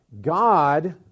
God